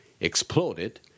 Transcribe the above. exploded